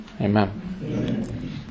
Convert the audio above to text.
Amen